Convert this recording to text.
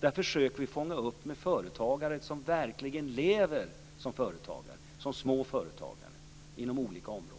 Där försöker vi att fånga upp vad företagare som verkligen lever som små företagare på olika områden